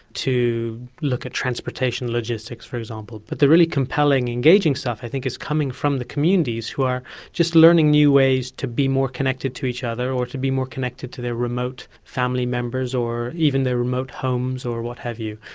to look at transportation logistics, for example. but the really compelling, engaging stuff i think is coming from the communities who are just learning new ways to be more connected to each other or to be more connected to their remote family members or even their remote homes or what have you,